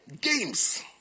games